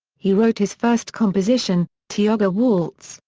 he wrote his first composition, tioga waltz,